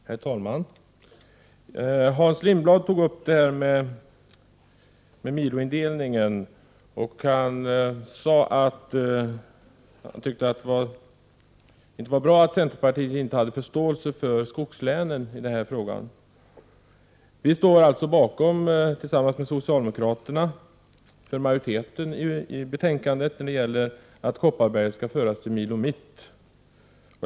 Herr talman! Hans Lindblad tog upp miloindelningen. Han sade att han tyckte att det inte var bra att centerpartiet i denna fråga saknade förståelse för skogslänen. Tillsammans med socialdemokraterna utgör alltså centern majoritet och anser att Kopparbergs län skall föras till Milo Mitt.